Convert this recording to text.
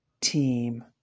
team